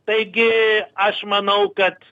taigi aš manau kad